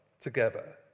together